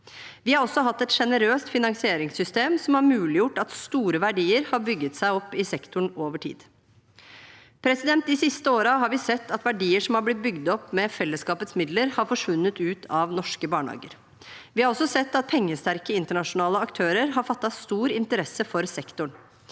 Vi har også hatt et sjenerøst finansieringssystem som har muliggjort at store verdier har bygget seg opp i sektoren over tid. De siste årene har vi sett at verdier som har blitt bygd opp med fellesskapets midler, har forsvunnet ut av norske barnehager. Vi har også sett at pengesterke internasjonale aktører har fattet stor interesse for sektoren.